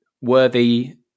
worthy